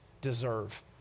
deserve